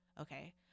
Okay